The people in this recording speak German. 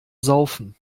saufen